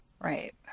right